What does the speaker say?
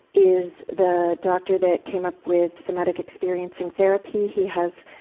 is the doctor that came up with somatic experiencing therapy. he has,